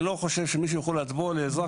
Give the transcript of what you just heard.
אני לא חושב שמישהו יכול לבוא לאזרח